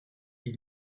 est